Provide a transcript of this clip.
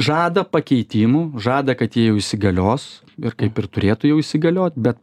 žada pakeitimų žada kad jie jau įsigalios ir kaip ir turėtų jau įsigalio be